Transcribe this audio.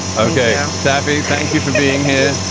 okay. taffy thank you for being here.